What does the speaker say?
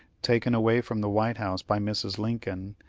taken away from the white house by mrs. lincoln,